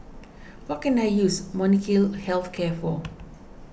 what can I use Molnylcke Health Care for